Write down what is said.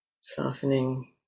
Softening